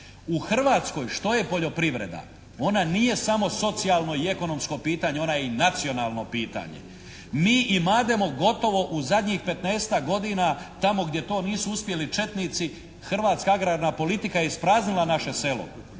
U Hrvatskoj što je poljoprivreda? Ona nije samo socijalno i ekonomsko pitanje, ona je i nacionalno pitanje. Mi imademo gotovo u zadnjih 15-tak godina tamo gdje to nisu uspjeli četnici hrvatska agrarna politika je ispraznila naše selo.